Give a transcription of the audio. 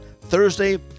...Thursday